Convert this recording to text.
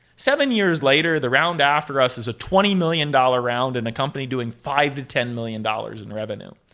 seven years later the round after us is a twenty million dollars round in a company doing five to ten million dollars in revenue.